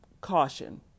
caution